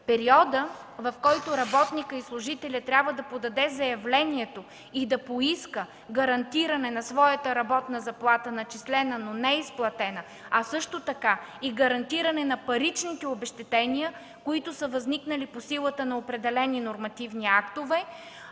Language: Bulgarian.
Периодът, в който работникът и служителят трябва да подаде заявлението и да поиска гарантиране на своята работна заплата, начислена, но неизплатена, а също така и гарантиране на паричните обезщетения, които са възникнали по силата на определени нормативни актове